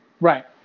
Right